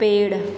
पेड़